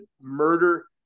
murder